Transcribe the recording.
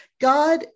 God